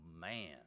man